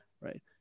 right